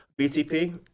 BTP